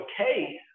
okay